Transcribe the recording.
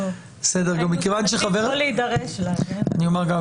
אני אומר גם,